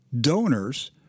donors